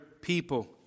people